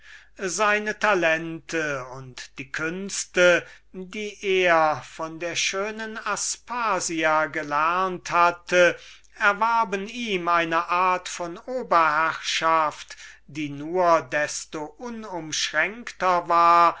seine talente und die künste die er von der schönen aspasia gelernt hatte erwarben ihm eine art von oberherrschaft die nur desto unumschränkter war